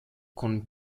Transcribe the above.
con